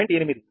8